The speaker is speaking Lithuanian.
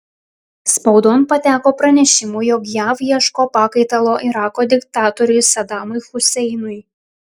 spaudon pateko pranešimų jog jav ieško pakaitalo irako diktatoriui sadamui huseinui